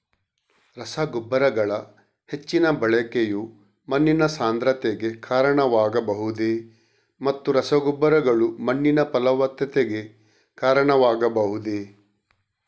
ರಸಗೊಬ್ಬರಗಳ ಹೆಚ್ಚಿನ ಬಳಕೆಯು ಮಣ್ಣಿನ ಸಾಂದ್ರತೆಗೆ ಕಾರಣವಾಗಬಹುದೇ ಮತ್ತು ರಸಗೊಬ್ಬರಗಳು ಮಣ್ಣಿನ ಫಲವತ್ತತೆಗೆ ಕಾರಣವಾಗಬಹುದೇ?